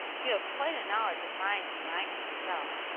you have quite a knowledge of mines and mining yourself.